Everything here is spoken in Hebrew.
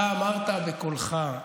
אתה אמרת בקולך,